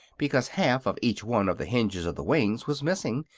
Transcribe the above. because half of each one of the hinges of the wings was missing,